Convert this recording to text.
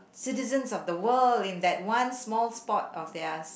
citizens of the world in that one small spot of theirs